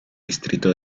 distrito